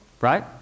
Right